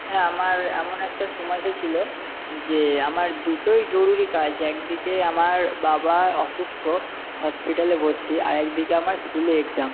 হ্যাঁ আমার এমন একটা সময় এসেছিলো যে আমার দুটোই জরুরি কাজ একদিকে আমার বাবা অসুস্থ হসপিটালে ভর্তি আর একদিকে আমার স্কুলে এক্সাম